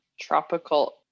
Tropical